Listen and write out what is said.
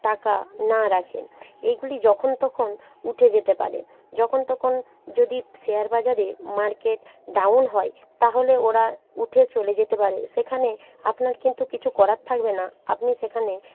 টাকা না রাখে এইগুলি যখন তখন উঠে যেতে পারে যখন তখন যদি শেয়ার বাজারে মার্কেট ডাউন হয় তাহলে ওরা উঠে চলে যেতে পারে সেখানে আপনার কিন্তু কিছু করার থাকবে না আপনি সেখানে